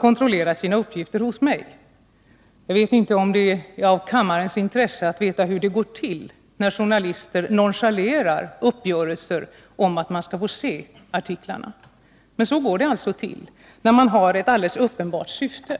kontrollerat sina uppgifter hos mig. Jag vet inte om det är i kammarens intresse att veta hur det går till när journalister nonchalerar uppgörelser om att man skall få se artiklarna, men så går det alltså till när en tidning har ett alldeles uppenbart syfte.